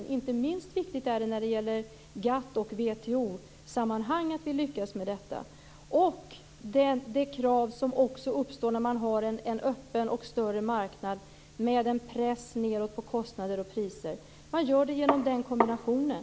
Det är inte minst viktigt att vi lyckas med detta när det gäller GATT och WTO-sammanhang och när det gäller de krav som uppstår när man har en öppen och större marknad med en press nedåt på kostnader och priser. Man förenar kraven genom den kombinationen.